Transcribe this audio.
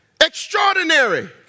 extraordinary